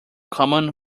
common